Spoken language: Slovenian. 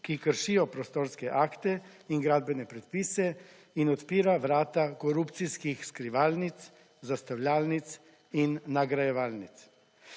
ki kršijo prostorske akte in gradbene predpise in odpira vrata korupcijskih skrivalnic, zastavljalnic in nagrajevalnic.